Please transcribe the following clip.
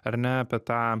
ar ne apie tą